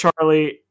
Charlie